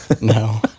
No